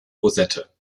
rosette